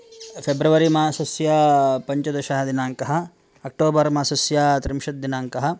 February मासस्य पञ्चदशदिनाङ्कः October मासस्य त्रिंशद्दिनाङ्कः